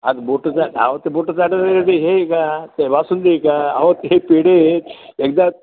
आता बोटं चा अहो ते बोटं चाटा हे आहे का ते बासुंदी आहे का अहो ते पेढे एकदा